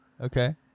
okay